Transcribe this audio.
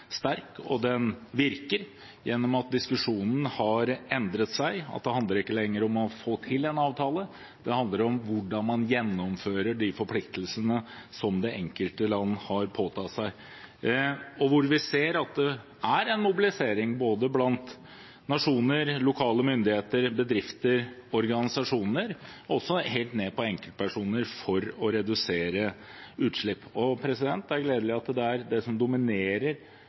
sterk og virke. Diskusjonen har endret seg, det handler ikke lenger om å få til en avtale, det handler om hvordan man gjennomfører de forpliktelsene det enkelte land har påtatt seg. Vi ser at det er en mobilisering, blant både nasjoner, lokale myndigheter, bedrifter, organisasjoner og helt ned til enkeltpersoner, for å redusere utslipp. Det er gledelig at det er det som dominerer,